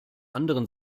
anderen